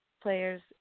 players